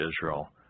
Israel